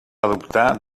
adoptar